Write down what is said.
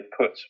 put